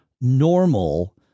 normal